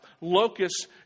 locusts